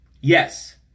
Yes